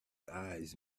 eyes